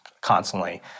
constantly